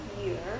year